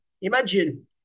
imagine